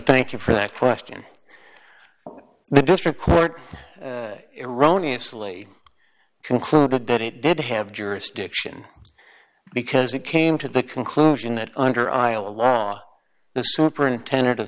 thank you for that question the district court eroni it's late concluded that it did have jurisdiction because it came to the conclusion that under iowa law the superintendent of